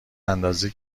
اندازه